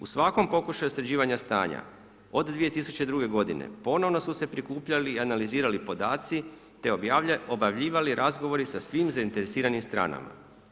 U svakom pokušaju sređivanja stanja od 2002. godine ponovno su se prikupljali i analizirali podaci te objavljivali razgovori sa svim zainteresiranim stranama.